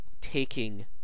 taking